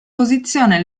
posizione